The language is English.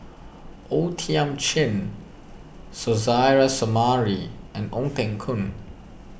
O Thiam Chin Suzairhe Sumari and Ong Teng Koon